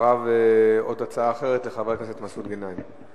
ואחריו עוד הצעה אחרת לחבר הכנסת מסעוד גנאים,